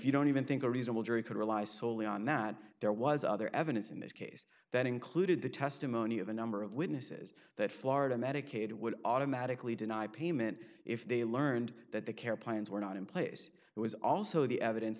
you don't even think a reasonable jury could rely solely on that there was other evidence in this case that included the testimony of a number of witnesses that florida medicaid would automatically deny payment if they learned that the care plans were not in place it was also the evidence